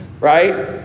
right